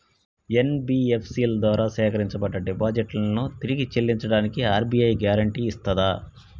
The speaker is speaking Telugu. ఎన్.బి.ఎఫ్.సి ల ద్వారా సేకరించబడ్డ డిపాజిట్లను తిరిగి చెల్లించడానికి ఆర్.బి.ఐ గ్యారెంటీ ఇస్తదా?